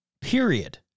Period